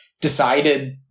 decided